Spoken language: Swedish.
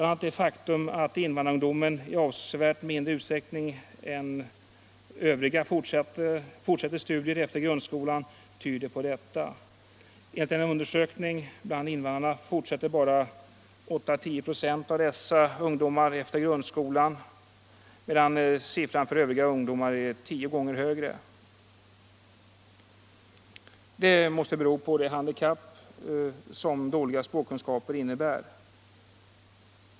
a. det faktum att invandrarungdomer i avsevärt mindre utsträckning än övriga fortsätter studierna efter grundskolan tyder på detta. Enligt denna undersökning bland invandrarna fortsätter bara 8-10 96 av dessa ungdomar efter grundskolan, medan siffran för ungdomar är tio gånger högre. Detta måste bero på det handikapp som dåliga språkkunskaper innebär.